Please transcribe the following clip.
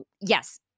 yes